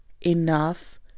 enough